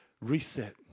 reset